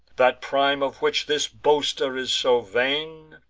that prime of which this boaster is so vain,